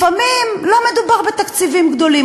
לפעמים, לא מדובר בתקציבים גדולים.